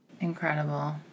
Incredible